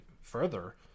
further